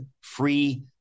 free